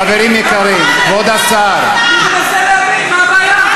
חברים יקרים, כבוד השר, אני רוצה להבין, מה הבעיה?